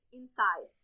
inside